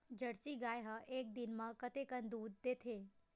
Jersey गाय ह एक दिन म कतेकन दूध देथे?